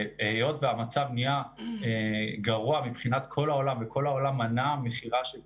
היות והמצב נהיה גרוע מבחינת כל העולם וכל העולם מנע מכירה של ציוד,